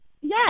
Yes